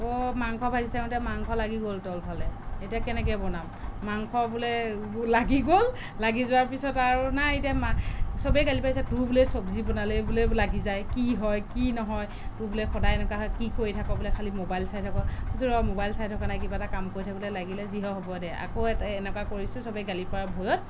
ওৱ মাংস ভাজি থাকোতে মাংস লাগি গ'ল তলফালে এতিয়া কেনেকৈ বনাম মাংস বোলে লাগি গ'ল লাগি যোৱাৰ পাছত আৰু নাই এতিয়া মা চবেই গালি পাৰিছে তোৰ বোলে চবজী বনালেই বোলে লাগি যায় কি হয় কি নহয় তোৰ বোলে সদায় এনেকুৱা হয় কি কৰি থাক বোলে খালি ম'বাইল চাই থাক মই কৈছোঁ ৰ ম'বাইল চাই থকা নাই কিবা এটা কাম কৰি থাকোতে লাগিলে যি হয় হ'ব দে আকৌ এ এটা এনেকুৱা কৰিছো চবেই গালি পৰাৰ ভয়ত